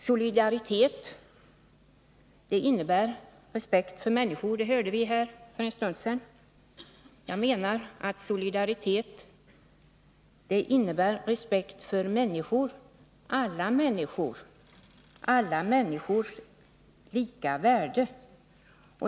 Solidaritet innebär respekt för människor — det hörde vi för en stund sedan. Jag menar att solidaritet innebär respekt för alla människor, för alla människors lika värde.